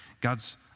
God's